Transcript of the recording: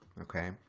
Okay